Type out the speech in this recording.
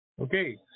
Okay